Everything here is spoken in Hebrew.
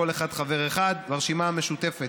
לכל אחת חבר אחד: הרשימה המשותפת,